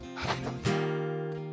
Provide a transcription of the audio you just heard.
Hallelujah